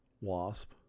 Wasp